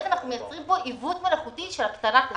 אנחנו יוצרים פה עיוות מלאכותי של הקטנת היצע.